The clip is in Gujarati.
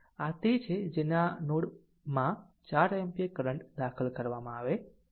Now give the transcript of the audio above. આ તે છે જેને આ નોડ માં 4 એમ્પીયર કરંટ દાખલ કરવામાં આવે છે